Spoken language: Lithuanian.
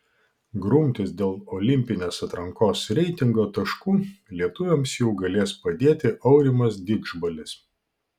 grumtis dėl olimpinės atrankos reitingo taškų lietuviams jau galės padėti aurimas didžbalis